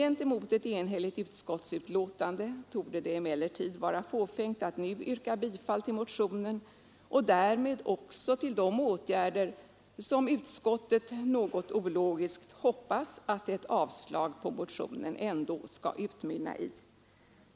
Gentemot ett enhälligt utskott torde det emellertid vara fåfängt att nu yrka bifall till motionen och därmed också till de åtgärder som utskottet något ologiskt hoppas att ett avslag på motionen skall utmynna i.